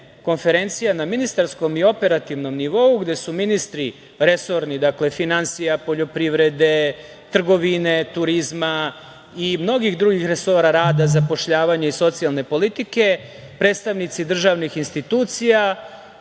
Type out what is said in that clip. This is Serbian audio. konferencija na ministarskom i operativnom nivou gde su resorni ministri finansija, poljoprivrede, trgovine, turizma i mnogih drugih resora, rada, zapošljavanja i socijalne politike, predstavnici državnih institucija,